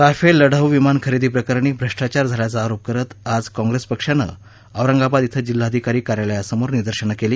Rafale लढाऊ विमान खरेदी प्रकरणी भ्रष्टाचार झाल्याचा अरोप करत आज काँप्रेस पक्षानं औरंगाबाद इथं जिल्हाधिकारी कार्यालयासमोर निदर्शनं केली